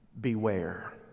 Beware